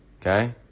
Okay